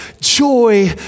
joy